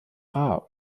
rar